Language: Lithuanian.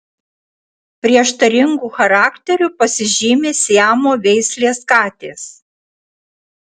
prieštaringu charakteriu pasižymi siamo veislės katės